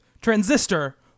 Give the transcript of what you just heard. Transistor